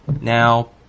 Now